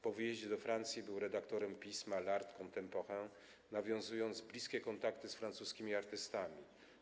Po wyjeździe do Francji był redaktorem pisma „L’Art Contemporain”, nawiązał bliskie kontakty z francuskimi artystami.